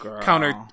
counter